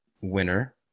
winner